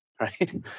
right